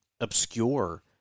obscure